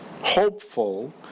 hopeful